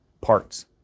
parts